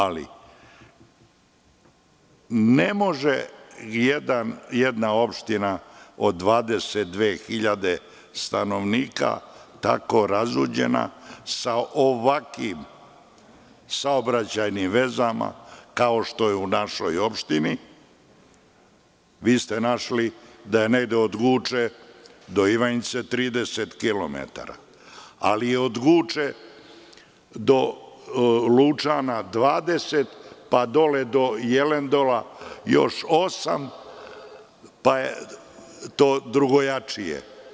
Ali, ne može jedna opština od 22.000 stanovnika, tako razuđena, sa ovakvim saobraćajnim vezama kao što je u našoj opštini, vi ste našli da je nege od Guče do Ivanjice 30 kilometara, ali je od Guče do Lučana 20, pa dole do Jelendola još osam, pa je to drugačije.